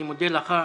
אני מודה לך,